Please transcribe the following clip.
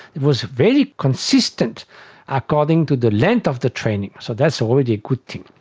it was very consistent according to the length of the training. so that's already a good thing.